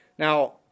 Now